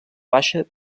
baixa